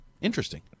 Interesting